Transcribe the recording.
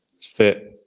fit